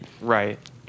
Right